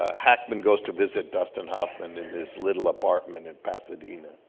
hackman goes to visit dustin hoffman in this little apartment in pasadena.